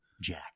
Jack